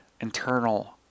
internal